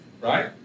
right